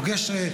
פוגש,